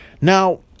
Now